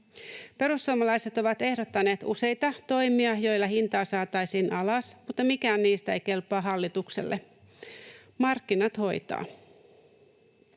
Perussuomalaiset ovat ehdottaneet useita toimia, joilla hintaa saataisiin alas, mutta mikään niistä ei kelpaa hallitukselle — markkinat hoitaa.